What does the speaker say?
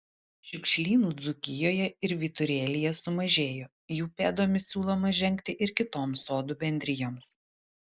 šiukšlynų dzūkijoje ir vyturėlyje sumažėjo jų pėdomis siūloma žengti ir kitoms sodų bendrijoms